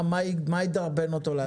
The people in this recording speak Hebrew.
מה ידרבן אותו לעשות את זה?